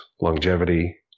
longevity